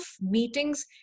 meetings